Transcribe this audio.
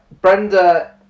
Brenda